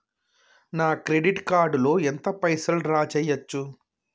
నా credit card లో ఎంత పైసల్ డ్రా చేయచ్చు?